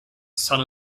son